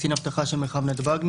קצין האבטחה של מרחב נתב"ג,